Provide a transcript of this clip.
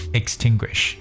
extinguish